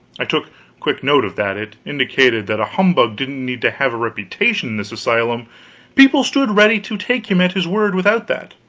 i took quick note of that it indicated that a humbug didn't need to have a reputation in this asylum people stood ready to take him at his word, without that.